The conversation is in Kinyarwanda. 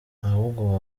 ahubwo